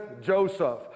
Joseph